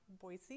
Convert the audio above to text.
Boise